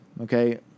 Okay